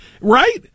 Right